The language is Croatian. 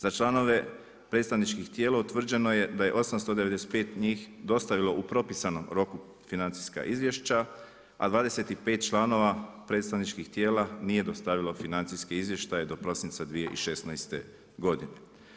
Za članove predstavničkih tijela utvrđeno je da je 895 njih dostavilo u propisanom roku financijska izvješća, a 25 članova predstavničkih tijela nije dostavilo financijske izvještaje do prosinca 2016. godine.